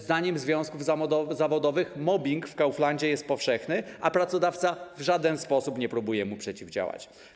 Zdaniem związków zawodowych mobbing w Kauflandzie jest powszechny, a pracodawca w żaden sposób nie próbuje mu przeciwdziałać.